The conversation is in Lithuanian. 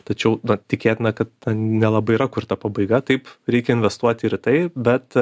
tačiau tikėtina kad ten nelabai yra kur ta pabaiga taip reikia investuoti ir į tai bet